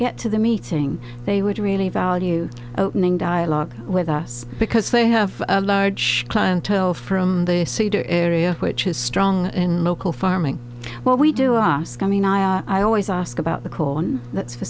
get to the meeting they would really value opening dialogue with us because they have a large clientele from the cedar area which is strong in local farming well we do our scumming i always ask about the colon that's